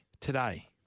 today